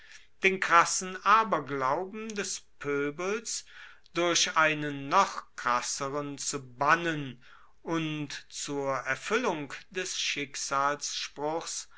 den krassen aberglauben des poebels durch einen noch krasseren zu bannen und zur erfuellung des